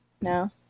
no